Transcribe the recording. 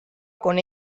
con